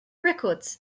records